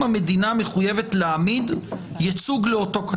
המדינה מחויבת להעמיד ייצוג לאותו קטין.